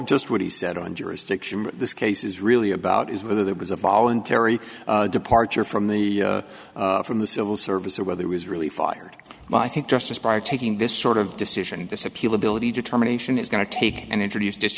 just what he said on jurisdiction this case is really about is whether there was a voluntary departure from the from the civil service or whether it was really fired but i think justice by taking this sort of decision and this appeal ability determination is going to take and introduce just